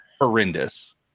horrendous